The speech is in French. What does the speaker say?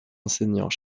enseignants